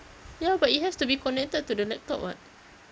ya but it has to be connected to the laptop [what]